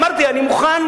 אמרתי שאני מוכן,